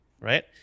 right